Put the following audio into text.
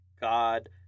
God